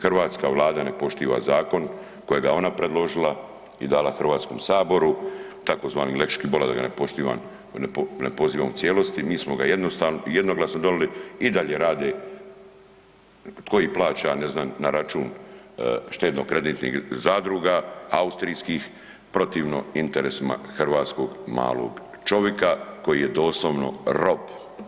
Hrvatska vlada ne poštiva zakon kojega je ona predložila i dala HS tzv. lex Škibola da ga ne poštivam, ne pozivam u cijelosti, mi smo ga jednoglasno donijeli i dalje rade, tko ih plaća, ne znam, na račun štedno-kreditnih zadruga austrijskih protivno interesima hrvatskog malog čovika koji je doslovno rob.